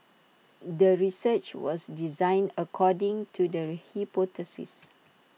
the research was designed according to the hypothesis